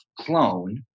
clone